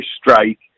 strike